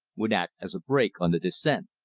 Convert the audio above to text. would act as a brake on the descent.